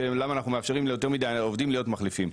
של למה אנחנו מאפשרים ליותר מידי עובדים להיות מחליפים,